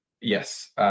yes